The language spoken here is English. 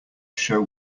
show